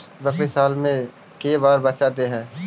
बकरी साल मे के बार बच्चा दे है?